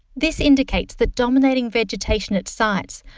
this indicates that dominating vegetation at sites,